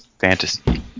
fantasy